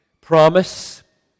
promise